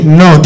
no